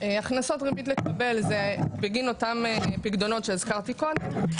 הכנסות ריבית לקבל זה בגין אותם פיקדונות שהזכרתי קודם,